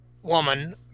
woman